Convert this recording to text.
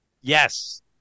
Yes